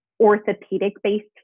orthopedic-based